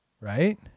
Right